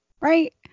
right